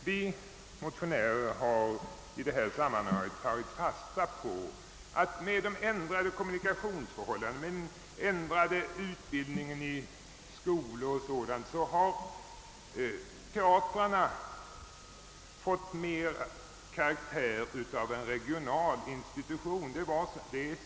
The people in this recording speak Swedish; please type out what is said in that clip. Vi motionärer har i detta sammanhang tagit fasta på att teatrarna genom de ändrade kommunikationsförhållandena och genom den ändrade utbildningen i skolorna m.m. har fått karaktären av regionala institutioner.